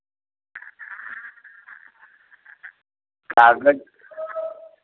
काग़ज़